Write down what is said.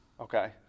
Okay